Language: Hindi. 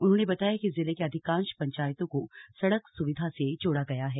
उन्होंने बताया कि जिले के अधिकांश पंचायतों को सड़क स्विधा से जोड़ा गया है